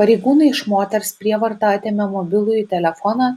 pareigūnai iš moters prievarta atėmė mobilųjį telefoną